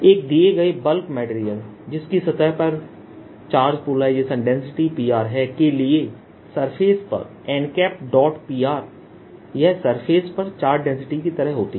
एक दिए गए बल्क मेटेरियल जिसकी सतह पर कुछ चार्ज पोलराइजेशन डेंसिटी P है के लिए सरफेस पर nP यह सरफेस पर चार्ज डेंसिटी की तरह होती है